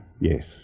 yes